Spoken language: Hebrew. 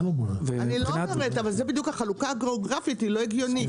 זה בדיוק החלוקה הגיאוגרפית היא לא הגיונית,